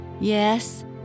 Yes